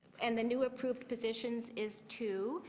and the new approved positions is two.